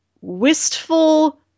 wistful